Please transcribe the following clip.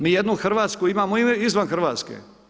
Mi jednu Hrvatsku imamo izvan Hrvatske.